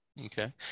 Okay